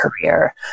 career